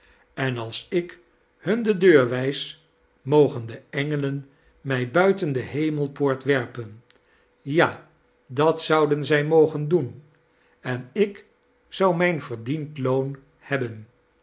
en als ik hun de deur wijs mogen de engelen mij buiten de hemelpoort werpen ja dat zouden zij mogen doen en ik zoii mdjn verdiend loon hebben